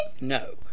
No